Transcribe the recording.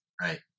Right